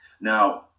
Now